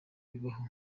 bibaho